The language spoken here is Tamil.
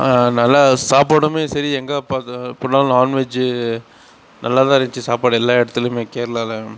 நல்லா சாப்பாடுமே சரி எங்கே பாத் போனாலும் நான்வெஜ் நல்லா தான் இருந்துச்சி சாப்பாடு எல்லா இடத்திலுமே கேரளாவில்